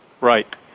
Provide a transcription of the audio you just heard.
Right